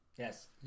Yes